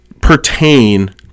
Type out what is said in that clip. pertain